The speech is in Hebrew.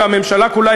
והממשלה כולה,